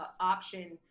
option